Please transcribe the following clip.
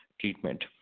treatment